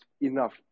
enough